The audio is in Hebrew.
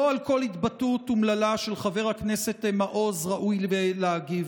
לא על כל התבטאות אומללה של חבר הכנסת מעוז ראוי להגיב,